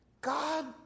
God